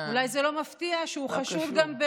אולי זה לא מפתיע שהוא חשוד גם,